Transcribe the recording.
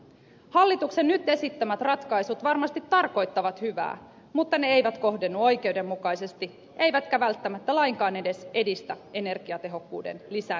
hallituksen nyt esittämät ratkaisut varmasti tarkoittavat hyvää mutta ne eivät kohdennu oikeudenmukaisesti eivätkä välttämättä lainkaan edes edistä energiatehokkuuden lisääntymistä